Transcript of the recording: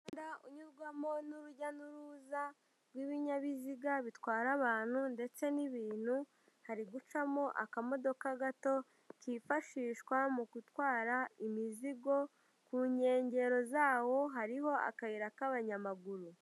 Umuhanda unyurwamo n'urujya n'uruza rw'ibinyabiziga bitwara abantu ndetse n'ibintu hari gucamo akamodoka gato kifashishwa mu gutwara imizigo, ku nkengero zawo hariho akayira k'abanyamaguru.